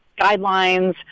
guidelines